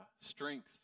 strength